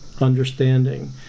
understanding